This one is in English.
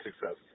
success